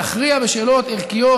להכריע בשאלות ערכיות,